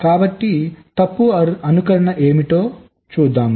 కాబట్టి తప్పు అనుకరణ ఏమిటో చూద్దాం